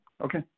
Okay